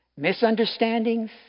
Misunderstandings